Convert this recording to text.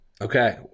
Okay